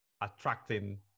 attracting